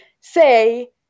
say